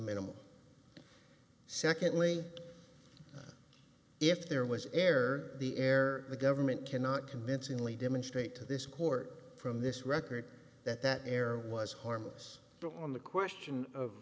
minimal secondly if there was air the air the government cannot convincingly demonstrate to this court from this record that that error was harmless to on the question of